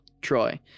troy